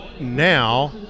Now